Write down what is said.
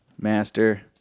Master